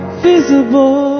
visible